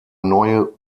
neue